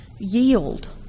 Yield